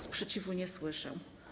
Sprzeciwu nie słyszę.